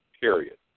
period